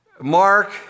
Mark